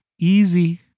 easy